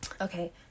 okay